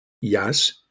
Yes